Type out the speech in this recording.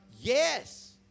Yes